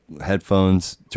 headphones